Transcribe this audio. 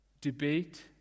Debate